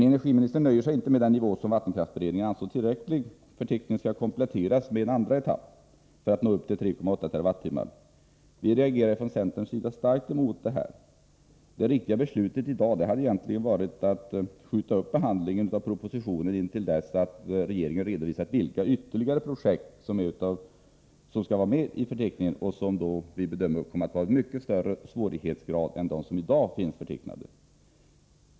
Energiministern nöjer sig inte med den nivå som vattenkraftsberedningen ansåg tillräcklig. Förteckningen skall kompletteras med en andra etapp för att nå upp till 3,8 TWh. Vi reagerar från centerns sida starkt mot detta. Det riktiga beslutet i dag hade egentligen varit att skjuta upp behandlingen av propositionen intill dess att regeringen redovisat vilka ytterligare projekt som skall vara med i förteckningen. Vår bedömning är att dessa projekt kommer att ha en mycket högre svårighetsgrad än de som i dag finns förtecknade.